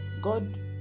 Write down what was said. God